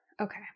Okay